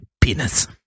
penis